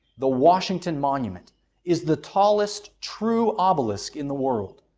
the washington monument is the tallest true obelisk in the world.